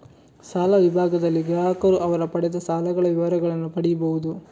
ಸಾಲ ವಿಭಾಗದಲ್ಲಿ ಗ್ರಾಹಕರು ಅವರು ಪಡೆದ ಸಾಲಗಳ ವಿವರಗಳನ್ನ ಪಡೀಬಹುದು